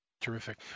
Terrific